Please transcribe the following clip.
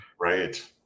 Right